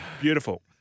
Beautiful